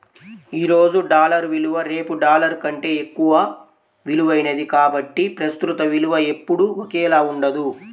ఈ రోజు డాలర్ విలువ రేపు డాలర్ కంటే ఎక్కువ విలువైనది కాబట్టి ప్రస్తుత విలువ ఎప్పుడూ ఒకేలా ఉండదు